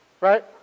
Right